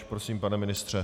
Prosím, pane ministře.